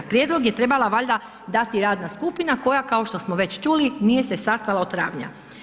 Prijedlog je trebala valjda dati radna skupina koja kao što smo već čuli nije se sastala od travnja.